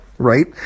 right